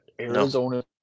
Arizona